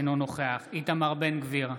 אינו נוכח איתמר בן גביר,